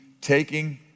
taking